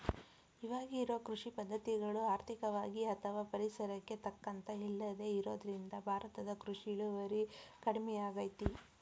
ಇವಾಗಿರೋ ಕೃಷಿ ಪದ್ಧತಿಗಳು ಆರ್ಥಿಕವಾಗಿ ಅಥವಾ ಪರಿಸರಕ್ಕೆ ತಕ್ಕಂತ ಇಲ್ಲದೆ ಇರೋದ್ರಿಂದ ಭಾರತದ ಕೃಷಿ ಇಳುವರಿ ಕಡಮಿಯಾಗೇತಿ